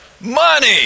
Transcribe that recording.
money